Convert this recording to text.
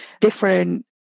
different